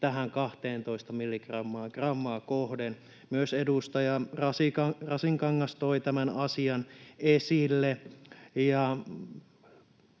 Laihon välihuuto] Myös edustaja Rasinkangas toi tämän asian esille.